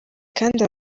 kandi